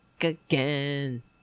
again